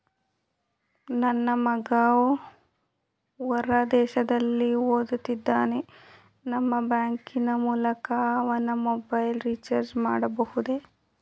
ನನ್ನ ಮಗ ಹೊರ ದೇಶದಲ್ಲಿ ಓದುತ್ತಿರುತ್ತಾನೆ ನಿಮ್ಮ ಬ್ಯಾಂಕಿನ ಮೂಲಕ ಅವನ ಮೊಬೈಲ್ ರಿಚಾರ್ಜ್ ಮಾಡಬಹುದೇ?